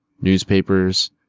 newspapers